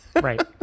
Right